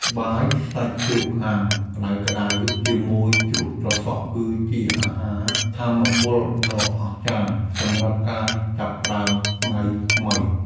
បាយសាច់ជ្រូកអាំងក្តៅៗជាមួយជ្រក់ត្រសក់ គឺជាអាហារថាមពលដ៏អស្ចារ្យសម្រាប់ការចាប់ផ្តើមថ្ងៃថ្មី។